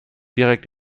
direkt